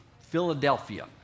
Philadelphia